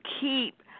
keep